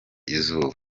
izuba